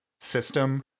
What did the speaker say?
system